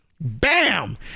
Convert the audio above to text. Bam